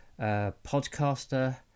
podcaster